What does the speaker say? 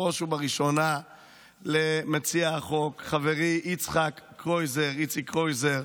בראש ובראשונה למציע החוק חברי יצחק איציק קרויזר,